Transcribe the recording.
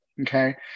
Okay